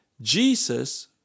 Jesus